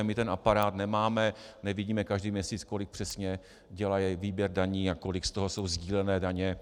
My ten aparát nemáme, nevidíme každý měsíc, kolik přesně dělá výběr daní a kolik z toho jsou sdílené daně.